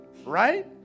right